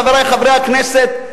חברי חברי הכנסת,